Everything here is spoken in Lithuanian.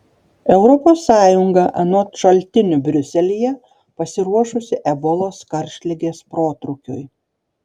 europos sąjunga anot šaltinių briuselyje pasiruošusi ebolos karštligės protrūkiui